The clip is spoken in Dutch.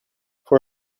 voor